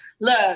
Look